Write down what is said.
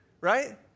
Right